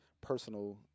personal